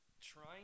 trying